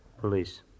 Police